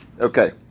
Okay